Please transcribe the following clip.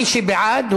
מי שבעד,